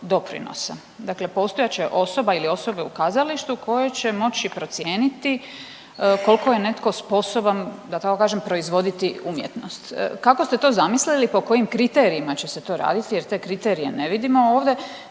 dakle postojat će osoba ili osobe u kazalištu koje će moći procijeniti kolko je netko sposoban da tako kažem proizvoditi umjetnost. Kako ste to zamislili, po kojim kriterijima će se to raditi jer te kriterije ne vidimo ovdje,